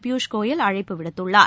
பியூஷ் கோயல் அழைப்பு விடுத்துள்ளார்